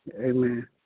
Amen